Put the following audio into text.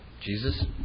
Jesus